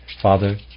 Father